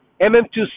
MM2C